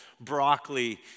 broccoli